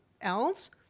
else